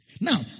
now